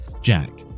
Jack